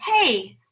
hey